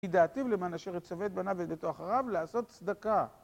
היא דעתיב למאן אשר הצווית בנה ועדתו אחריו לעשות צדקה